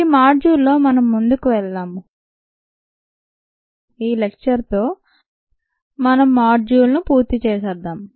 ఆ మాడ్యూల్ లో మనం ముందుకు వెళ్దాము ఈ లెక్చర్ లో మనం మాడ్యూల్ పూర్తి చేసేద్దాము